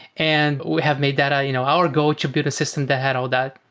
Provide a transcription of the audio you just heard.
and we have made that our you know our goal to build a system that had all that.